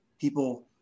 people